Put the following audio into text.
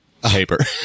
paper